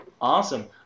awesome